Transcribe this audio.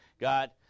God